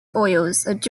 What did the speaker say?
joint